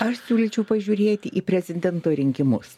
aš siūlyčiau pažiūrėti į prezidento rinkimus